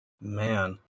man